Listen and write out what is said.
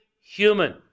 human